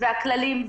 הכללים,